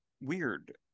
weird